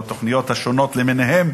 או התוכניות השונות למיניהן,